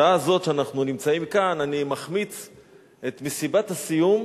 בשעה הזאת שאנחנו נמצאים כאן אני מחמיץ את מסיבת הסיום